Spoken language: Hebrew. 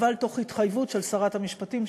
תוך התחייבות של שרת המשפטים,